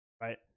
right